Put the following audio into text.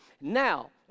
Now